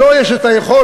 שלו יש היכולת